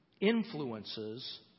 influences